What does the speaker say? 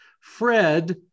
Fred